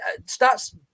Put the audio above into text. stats